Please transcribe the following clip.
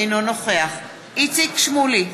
אינו נוכח איציק שמולי,